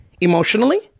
emotionally